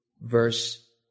verse